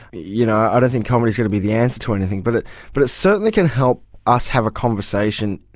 you know don't think comedy is going to be the answer to anything, but it but it certainly can help us have a conversation.